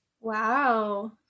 Wow